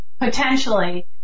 potentially